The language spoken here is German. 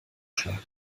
schlagen